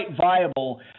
viable